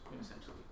essentially